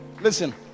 Listen